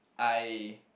I